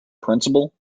principal